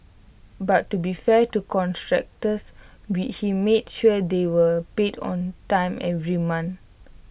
but to be fair to contractors we he made sure they were paid on time every month